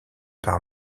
par